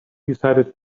decided